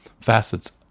facets